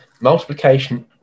Multiplication